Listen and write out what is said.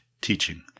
teaching